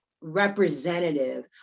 representative